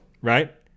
right